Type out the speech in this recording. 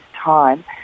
time